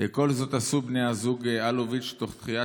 "כל זאת עשו בני הזוג אלוביץ' תוך דחיית